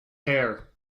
hair